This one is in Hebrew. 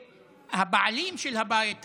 הבעלים של הבית הזה,